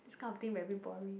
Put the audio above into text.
this kind of thing very boring